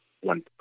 one